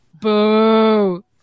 Boo